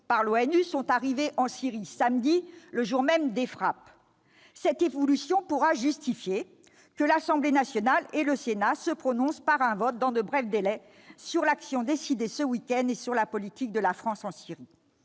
unies, sont arrivés en Syrie samedi, le jour même des frappes -, cette évolution pourra justifier que l'Assemblée nationale et le Sénat se prononcent par un vote dans de brefs délais sur l'action décidée ce week-end et sur la politique de la France en Syrie.